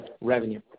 revenue